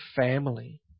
family